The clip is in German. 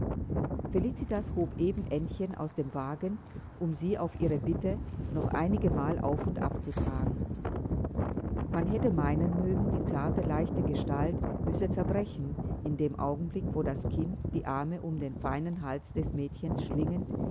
felicitas hob eben aennchen aus dem wagen um sie auf ihre bitten noch einigemal auf und ab zu tragen man hätte meinen mögen die zarte leichte gestalt müsse zerbrechen in dem augenblick wo das kind die arme um den feinen hals des mädchens schlingend